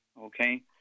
okay